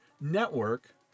network